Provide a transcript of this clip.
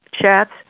chats